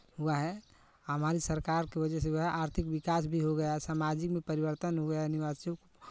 हुआ है हमारी सरकार की वजह से हुआ है आर्थिक विकास भी हो गया है सामाजिक में परिवर्तन हो गया है निवासियों को